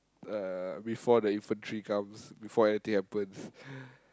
uh before the infantry comes before anything happens